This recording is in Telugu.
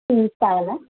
టిన్స్ కావాలా